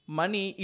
money